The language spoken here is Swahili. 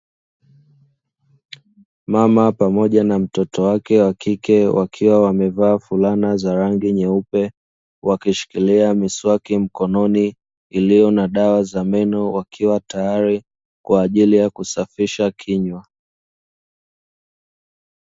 Mama pamoja na mtoto wake wakike wakiwa wamevaa fulana za rangi nyeupe wakishikilia miswaki mikononi iliyona dawa za meno, wakiwa tayari kwa ajili ya kusafisha kinywa.